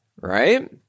right